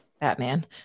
Batman